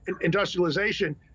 industrialization